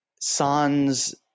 sans